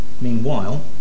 Meanwhile